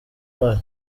wayo